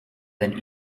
then